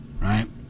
right